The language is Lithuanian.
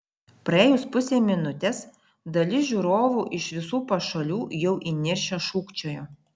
praėjus pusei minutės dalis žiūrovų iš visų pašalių jau įniršę šūkčiojo